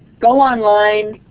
go online.